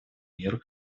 миру